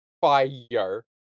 fire